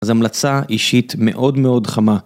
אז המלצה אישית מאוד מאוד חמה.